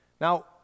Now